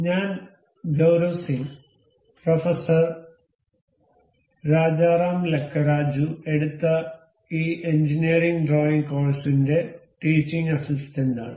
ഞാൻ ഗൌരവ് സിംഗ് പ്രൊഫസർ രാജാറം ലക്കരാജു എടുത്ത ഈ എഞ്ചിനീയറിംഗ് ഡ്രോയിംഗ് കോഴ്സിന്റെ ടീച്ചിംഗ് അസിസ്റ്റന്റാണ്